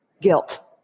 Guilt